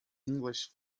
english